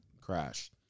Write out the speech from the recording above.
crash